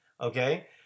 okay